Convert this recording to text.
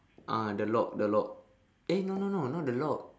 ah the lock the lock eh no no no not the lock